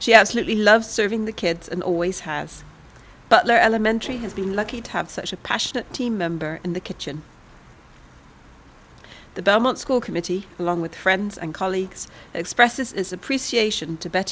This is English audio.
she absolutely loves serving the kids and always has butler elementary has been lucky to have such a passionate team member in the kitchen the belmont school committee along with friends and colleagues express its appreciation to bet